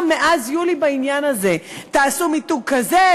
מאז יולי בעניין הזה: תעשו מיתוג כזה,